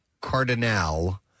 Cardinal